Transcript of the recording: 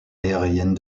aérienne